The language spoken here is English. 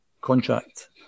contract